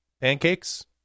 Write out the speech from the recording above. pancakes